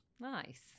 Nice